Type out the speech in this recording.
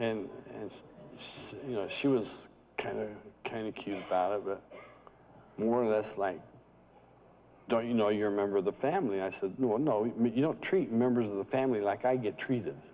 and as you know she was kind of cute about it more or less like don't you know you're a member of the family i said no no you don't treat members of the family like i get treated